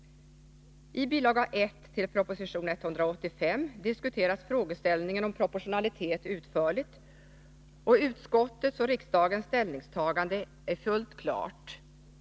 I bilaga 1 till proposition 185 diskuteras frågeställningen om proportionalitet utförligt, och utskottets och riksdagens ställningstagande är fullt klart.